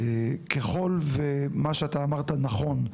ככל שמה שאתה אמרת נכון,